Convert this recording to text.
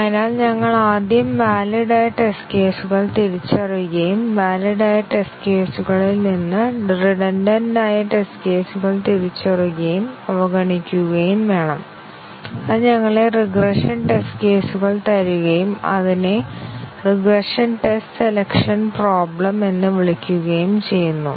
അതിനാൽ ഞങ്ങൾ ആദ്യം വാലിഡ് ആയ ടെസ്റ്റ് കേസുകൾ തിരിച്ചറിയുകയും വാലിഡ് ആയ ടെസ്റ്റ് കേസുകളിൽ നിന്ന് റിഡൻഡെന്റ് ആയ ടെസ്റ്റ് കേസുകൾ തിരിച്ചറിയുകയും അവഗണിക്കുകയും വേണം അത് ഞങ്ങളെ റിഗ്രഷൻ ടെസ്റ്റ് കേസുകൾ തരുകയും അതിനെ റിഗ്രഷൻ ടെസ്റ്റ് സെലക്ഷൻ പ്രോബ്ലം എന്ന് വിളിക്കുകയും ചെയ്യുന്നു